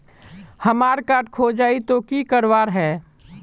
हमार कार्ड खोजेई तो की करवार है?